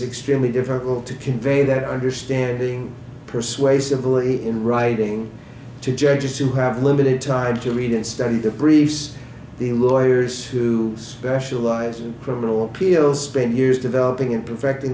extremely difficult to convey that understanding persuasively in writing to judges who have limited time to read and study the briefs the lawyers who specialize in criminal appeal spent years developing and perfecting